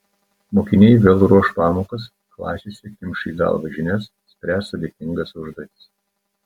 mokiniai vėl ruoš pamokas klasėse kimš į galvą žinias spręs sudėtingas užduotis